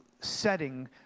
Setting